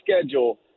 schedule